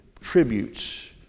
tributes